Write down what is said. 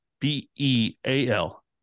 B-E-A-L